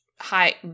High